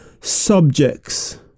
subjects